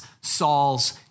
Saul's